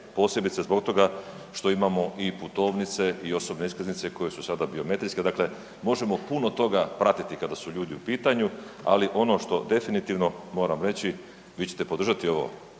posebice zbog toga što imamo i putovnice i osobne iskaznice koje su sada biometrijske, dakle možemo puno toga pratiti kada su ljudi u pitanju. Ali ono što definitivno moram reći vi ćete podržati ovo